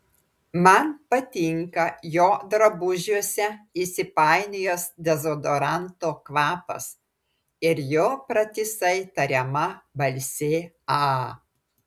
man patinka jo drabužiuose įsipainiojęs dezodoranto kvapas ir jo pratisai tariama balsė a